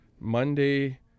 Monday